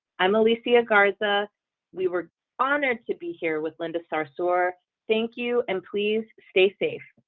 i'm elysia garza we were honored to be here with linda sarsour thank you, and please stay safe